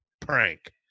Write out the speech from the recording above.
prank